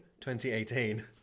2018